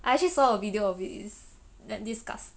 I actually saw a video of it it's damn disgusting